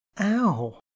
Ow